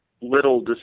little